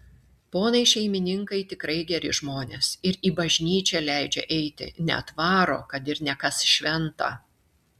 ponai šeimininkai tikrai geri žmonės ir į bažnyčią leidžia eiti net varo kad ir ne kas šventą